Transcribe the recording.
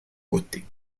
côté